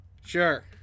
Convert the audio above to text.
sure